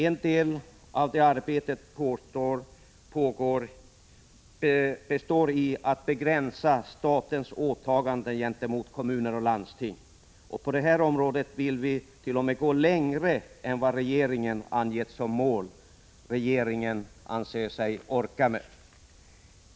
En del av detta arbete består i att begränsa statens åtaganden gentemot kommuner och landsting. På detta område vill vi t.o.m. gå längre än vad regeringen angett som mål eller anser sig orka med.